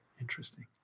Interesting